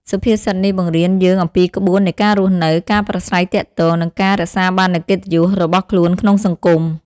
សុភាសិតនេះបង្រៀនយើងអំពីក្បួននៃការរស់នៅ ការប្រាស្រ័យទាក់ទង និងការរក្សាបាននូវកិត្តិយសរបស់ខ្លួនក្នុងសង្គម។